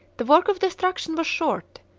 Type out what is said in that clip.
the work of destruction was short,